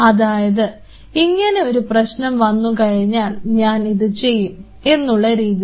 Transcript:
അതായത് ഇങ്ങനെ ഒരു പ്രശ്നം വന്നു കഴിഞ്ഞാൽ ഞാനിത് ചെയ്യും എന്നുള്ള രീതിയിൽ